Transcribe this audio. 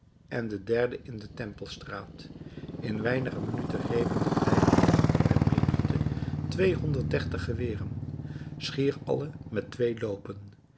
en de derde in de tempelstraat in weinige minuten grepen de dreigende handen der menigte tweehonderd dertig geweren schier alle met twee loopen